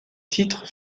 titres